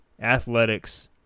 athletics